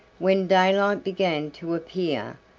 when daylight began to appear,